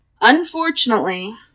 unfortunately